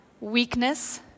weakness